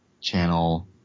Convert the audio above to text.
channel